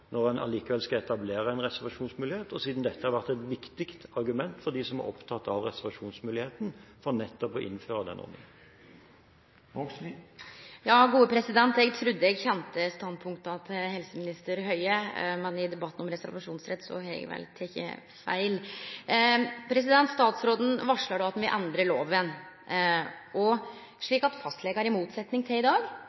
når en allikevel skal etablere en reservasjonsmulighet, og siden dette har vært et viktig argument for dem som er opptatt av reservasjonsmuligheten, for nettopp å innføre denne ordningen. Eg trudde eg kjende standpunkta til helseminister Høie, men i debatten om reservasjonsrett har eg vel teke feil. Statsråden varslar at han vil endre loven,